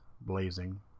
blazing